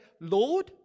Lord